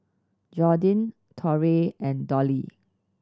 Jordyn Torrey and Dollie